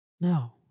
No